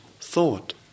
thought